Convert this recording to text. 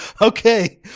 Okay